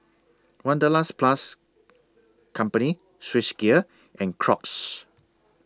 Wanderlust Plus Company Swissgear and Crocs